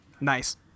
Nice